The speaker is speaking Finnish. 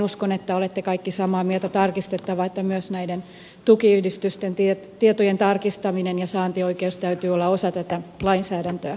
uskon että olette kaikki samaa mieltä siitä että myös näiden tukiyhdistysten tietojen tarkistamisen ja saantioikeuden täytyy olla osa tätä lainsäädäntöä